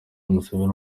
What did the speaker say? museveni